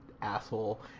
asshole